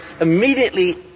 immediately